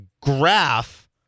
graph